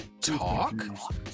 talk